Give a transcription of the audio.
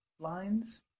Lines